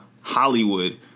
Hollywood